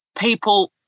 people